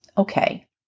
Okay